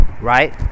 Right